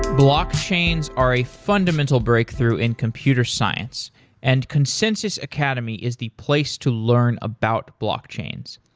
blockchains are a fundamental breakthrough in computer science and consensys academy is the place to learn about block chains.